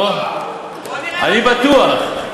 אוה, אני בטוח.